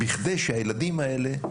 בכדי שהילדים האלה